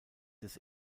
des